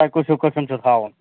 تۄہہِ کُس ہٮ۪وٗ قٕسم چھُو تھاوُن